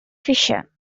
fisher